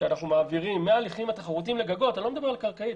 שאנחנו מעבירים מההליכים התחרותיים לגגות אני לא מדבר על הקרקעי.